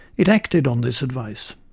it acted on this advice.